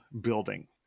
building